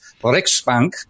Riksbank